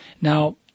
Now